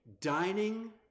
Dining